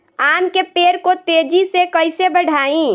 आम के पेड़ को तेजी से कईसे बढ़ाई?